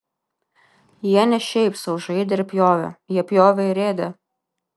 jie ne šiaip sau žaidė ir pjovė jie pjovė ir ėdė